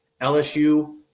LSU